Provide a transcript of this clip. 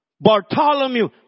Bartholomew